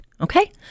okay